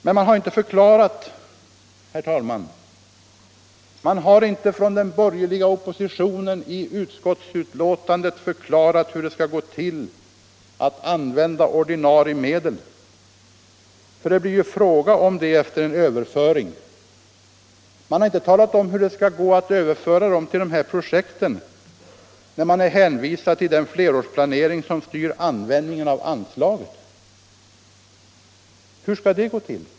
Men, herr talman, den borgerliga oppositionen har inte i utskottsbetänkandet förklarat hur det skall gå till att använda ordinarie medel — för det blir ju fråga om det efter en överföring — till dessa projekt, när man är hänvisad till den flerårsplanering som styr användningen av anslaget. Hur skall det gå till?